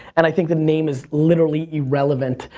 and i think the name is literally irrelevant.